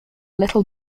little